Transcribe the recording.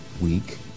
week